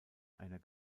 einer